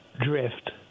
drift